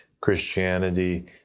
Christianity